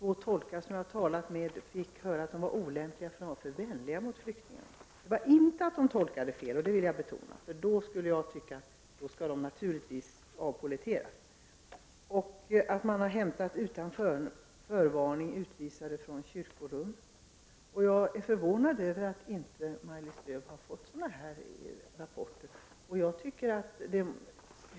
Två tolkar som jag har talat med har fått höra att de är olämpliga, eftersom de är för vänliga mot flyktingarna. De var inte olämpliga för att de skulle ha tolkat fel. Jag vill betona det, eftersom jag då naturligtvis tycker att de skulle ha avpolletterats. Dessutom har utan förvarning flyktingar hämtats från kyrkorum. Jag är förvånad över att Maj-Lis Lööw inte har fått rapporter om detta.